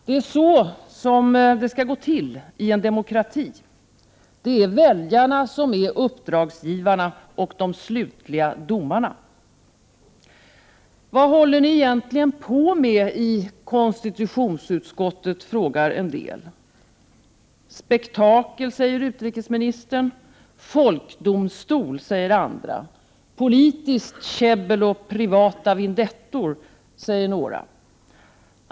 Det är så det skall gå till i en demokrati. Det är väljarna som är uppdragsgivarna och de slutliga domarna. Vad håller ni egentligen på med i konstitutionsutskottet, frågar en del. Spektakel, säger utrikesministern. Folkdomstol, säger andra. Politiskt käbbel och privata vendettor, säger några.